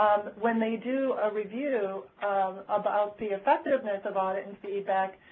um when they do a review um about the effectiveness of audit and feedback,